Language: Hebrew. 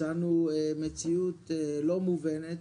מצאנו מציאות לא מובנת